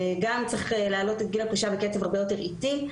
צריך להעלות את גיל הפרישה בקצב הרבה יותר איטי,